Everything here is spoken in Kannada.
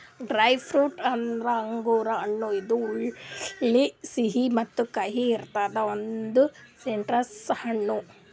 ಗ್ರೇಪ್ಫ್ರೂಟ್ ಅಂದುರ್ ಅಂಗುರ್ ಹಣ್ಣ ಇದು ಹುಳಿ, ಸಿಹಿ ಮತ್ತ ಕಹಿ ಇರದ್ ಒಂದು ಸಿಟ್ರಸ್ ಹಣ್ಣು